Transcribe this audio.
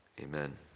Amen